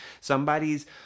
Somebody's